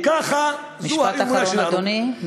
וככה, זו האמונה שלנו משפט אחרון, אדוני.